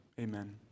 amen